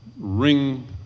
ring